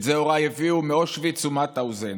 את זה הוריי הביאו מאושוויץ וממאוטהאוזן.